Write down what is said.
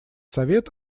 совет